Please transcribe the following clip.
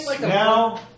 Now